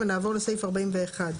(41)